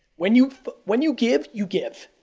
when you when you give, you give.